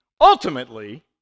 ultimately